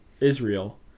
Israel